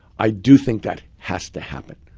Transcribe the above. i do think that has to happen.